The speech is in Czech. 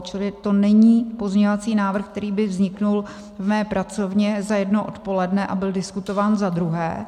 Čili to není pozměňovací návrh, který by vznikl v mé pracovně za jedno odpoledne, a byl diskutován, za druhé.